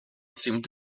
seemed